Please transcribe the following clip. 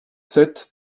sept